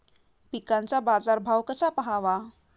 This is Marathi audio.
पिकांचा बाजार भाव कसा पहावा?